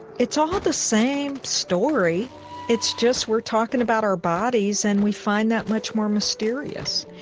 it's all the same story it's just we're talking about our bodies and we find that much more mysterious.